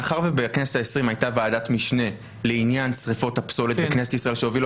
מאחר ובכנסת ה-20 הייתה ועדת משנה לעניין שריפות הפסולת שהובילה